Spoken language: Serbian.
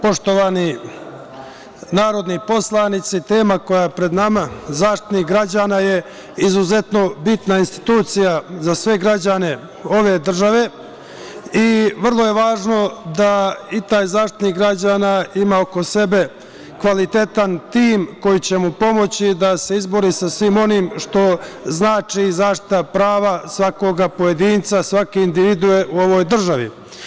Poštovani narodni poslanici, tema koja je pred nama – Zaštitnik građana je izuzetno bitna institucija za sve građane ove države i vrlo je važno da i taj Zaštitnik građana ima oko sebe kvalitetan tim koji će mu pomoći da se izbori sa svim onim što znači zaštita prava svakoga pojedinca, svake individue u ovoj državi.